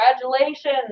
congratulations